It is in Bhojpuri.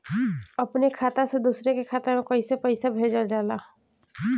अपने खाता से दूसरे के खाता में कईसे पैसा भेजल जाला?